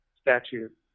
statute